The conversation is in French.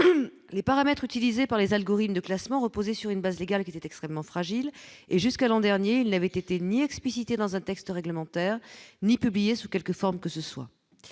les paramètres utilisés par les algorithmes de classement reposer sur une base légale qui était extrêmement fragile et jusqu'à l'an dernier il n'avait été ni explicité dans un texte réglementaire ni publiée, sous quelque forme que ce soit